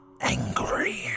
angry